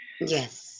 Yes